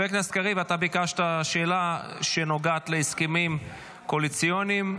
אתה ביקשת לשאול שאלה שנוגעת להסכמים קואליציוניים.